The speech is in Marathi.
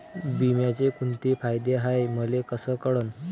बिम्याचे कुंते फायदे हाय मले कस कळन?